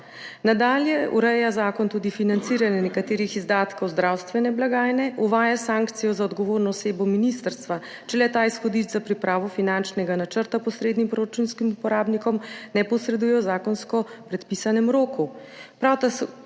Nadalje ureja zakon tudi financiranje nekaterih izdatkov zdravstvene blagajne, uvaja sankcijo za odgovorno osebo ministrstva, če le-ta izhodišč za pripravo finančnega načrta posrednim proračunskim uporabnikomne posreduje v zakonsko predpisanem roku,